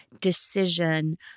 decision